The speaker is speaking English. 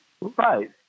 right